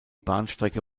bahnstrecke